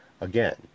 Again